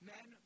Men